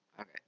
Okay